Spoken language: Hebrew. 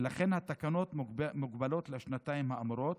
ולכן התקנות מוגבלות לשנתיים האמורות.